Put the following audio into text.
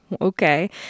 Okay